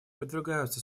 подвергаются